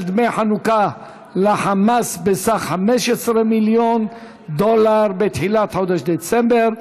דמי חנוכה לחמאס בסך 15 מיליון דולר בתחילת חודש דצמבר.